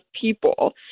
people